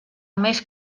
més